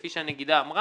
כפי שהנגידה אמרה,